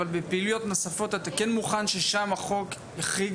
אבל בפעילויות נוספות אתה כן מוכן ששם החוק יחריג